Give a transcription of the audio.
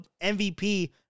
MVP